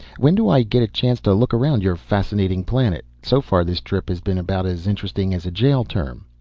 when do i get a chance to look around your fascinating planet? so far this trip has been about as interesting as a jail term.